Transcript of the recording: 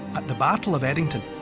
at the battle of edington,